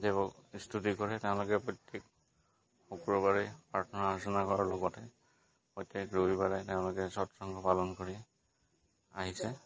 দেৱক স্তুতি কৰে তেওঁলোকে প্ৰত্যেক শুক্ৰবাৰে প্ৰাৰ্থনা অৰ্চনা কৰাৰ লগতে প্ৰত্যেক ৰবিবাৰে তেওঁলোকে সৎসংঘ পালন কৰি আহিছে